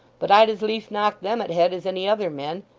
but i'd as lief knock them at head as any other men.